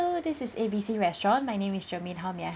~o this is A B C restaurant my name is germane how may I